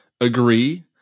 agree